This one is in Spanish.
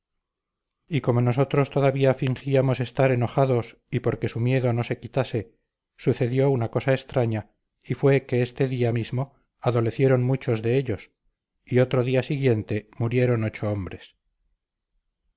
y como nosotros todavía fingíamos estar enojados y porque su miedo no se quitase sucedió una cosa extraña y fue que este día mismo adolecieron muchos de ellos y otro día siguiente murieron ocho hombres